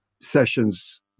sessions